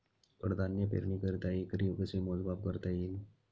कडधान्य पेरणीकरिता एकरी कसे मोजमाप करता येईल?